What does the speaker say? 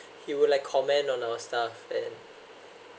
he would like comment on our stuff and